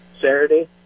Saturday